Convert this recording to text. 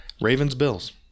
Ravens-Bills